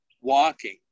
walking